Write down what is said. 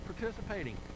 participating